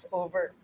over